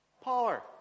Power